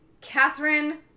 Catherine